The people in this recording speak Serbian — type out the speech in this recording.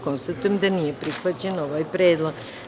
Konstatujem da nije prihvaćen ovaj predlog.